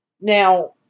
Now